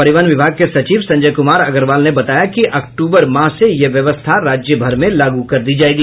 परिवहन विभाग के सचिव संजय कुमार अग्रवाल ने बताया कि अक्टूबर माह से यह व्यवस्था राज्यभर में लागू कर दी जायेगी